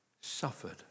suffered